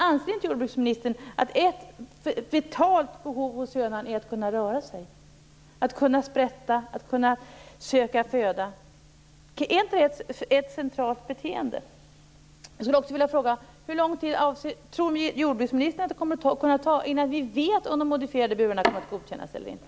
Anser inte jordbruksministern att hönan t.ex. har ett vitalt behov av att kunna röra sig, av att kunna sprätta och söka föda? Det är väl ett centralt beteende.